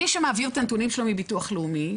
מי שמעביר את הנתונים שלו מביטוח לאומי,